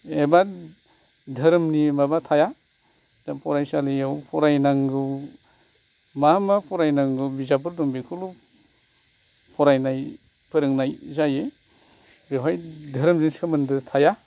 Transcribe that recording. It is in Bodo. एबा धोरोमनि माबा थाया दा फरायसालियाव फरायनांगौ मामा फरायनांगौ बिजाबफोर दं बिखौ ल' फरायनाय फोरोंनाय जायो बेवहाय धोरोमनि सोमोन्दै थाया